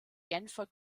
genfer